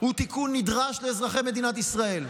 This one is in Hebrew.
הוא תיקון נדרש לאזרחי מדינת ישראל.